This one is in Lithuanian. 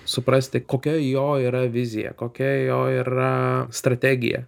suprasti kokia jo yra vizija kokia jo yra strategija